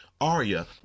Arya